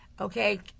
okay